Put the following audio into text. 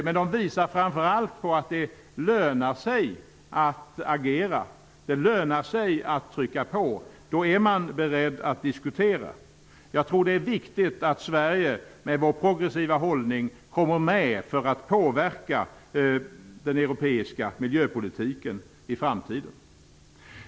Men de visar framför allt att det lönar sig att agera. Det lönar sig att trycka på. Då är man beredd att diskutera. Jag tror att det är viktigt att Sverige, med vår progressiva hållning, kommer med för att påverka den europeiska miljöpolitiken i framtiden.